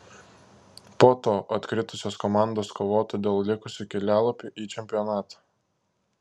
po to atkritusios komandos kovotų dėl likusių kelialapių į čempionatą